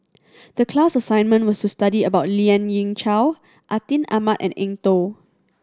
the class assignment was to study about Lien Ying Chow Atin Amat and Eng Tow